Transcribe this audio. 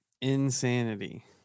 Insanity